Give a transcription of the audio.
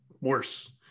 worse